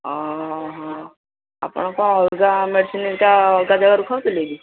ଅ ହଁ ଆପଣ କଣ ଅଲଗା ମେଡ଼ିସିନଟା ଅଲଗା ଯାଗାରୁ ଖାଉଥିଲେ କି